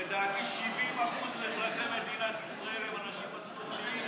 לדעתי 70% מאזרחי מדינת ישראל הם אנשים מסורתיים,